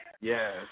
Yes